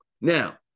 now